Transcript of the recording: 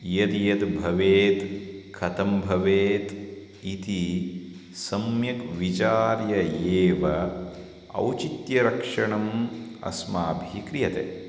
यद्यत् भवेत् कथं भवेत् इति सम्यक् विचार्य एव औचित्यरक्षणम् अस्माभिः क्रियते